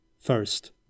first